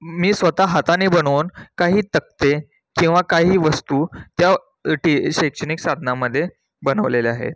मी स्वतः हाताने बनवून काही तक्ते किंवा काही वस्तू त्या टी शैक्षणिक साधनांमध्ये बनवलेल्या आहेत